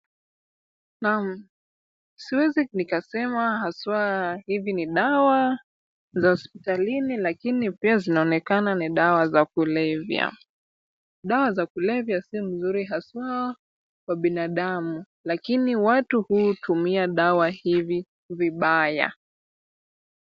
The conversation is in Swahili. Naam, siwezi nikasema haswa hizi ni dawa za hospitalini lakini pia zinaonekana ni dawa za kulevya. Dawa za kulevya si mzuri haswa kwa binadamu lakini watu hutumia dawa hivi vibaya.